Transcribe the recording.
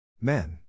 Men